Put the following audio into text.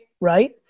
right